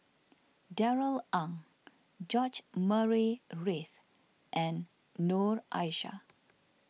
Darrell Ang George Murray Reith and Noor Aishah